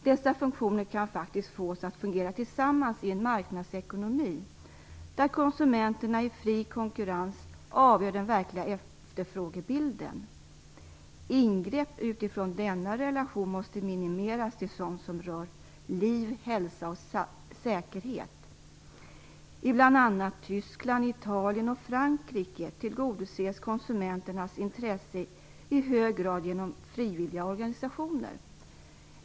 Dessa funktioner kan faktiskt fås att fungera tillsammans i en marknadsekonomi där konsumenterna i fri konkurrens avgör den verkliga efterfrågebilden. Ingrepp utifrån denna relation måste minimeras till sådant som rör liv, hälsa och säkerhet. I bl.a. Tyskland, Italien och Frankrike tillgodoses konsumenternas intresse i hög grad genom frivilliga organisationer.